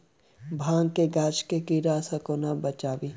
भांग केँ गाछ केँ कीड़ा सऽ कोना बचाबी?